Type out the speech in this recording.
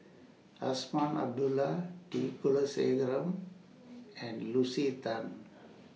Azman Abdullah T Kulasekaram and Lucy Tan